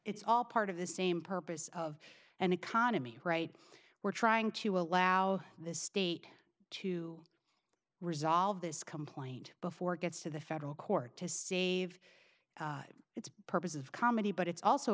it's all part of the same purpose of an economy right we're trying to allow the state to resolve this complaint before it gets to the federal court to save it's purpose of comedy but it's also